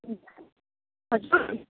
हजुर